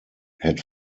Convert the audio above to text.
had